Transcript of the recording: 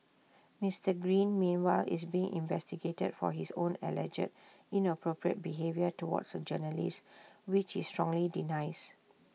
Mister green meanwhile is being investigated for his own alleged inappropriate behaviour towards A journalist which he strongly denies